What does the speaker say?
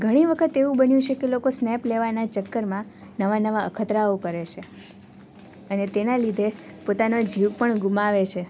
ઘણી વખત એવું બન્યું છે કે લોકો સ્નેપ લેવાનાં ચક્કરમાં નવા નવા અખતરાઓ કરે છે અને તેનાં લીધે પોતાનો જીવ પણ ગુમાવે છે